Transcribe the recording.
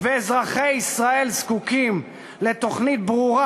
ואזרחי ישראל זקוקים לתוכנית ברורה,